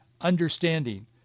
understanding